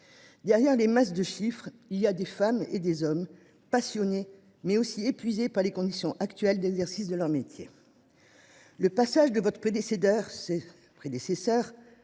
derrière ces chiffres, il y a des femmes et des hommes passionnés, mais aussi épuisés par les conditions actuelles d’exercice de leur métier. Le passage de votre prédécesseur